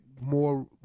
more